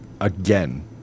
again